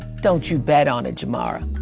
don't you bet on it, jamara.